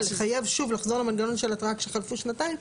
לחייב שוב לחזור למנגנון של התראה כשחלפו שנתיים.